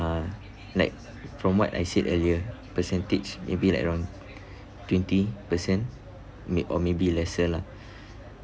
uh like from what I said earlier percentage maybe like around twenty percent may or maybe lesser lah